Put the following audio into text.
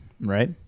right